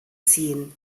ziehen